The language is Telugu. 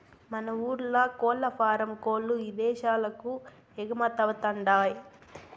మన ఊర్ల కోల్లఫారం కోల్ల్లు ఇదేశాలకు ఎగుమతవతండాయ్